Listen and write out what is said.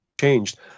changed